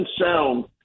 sound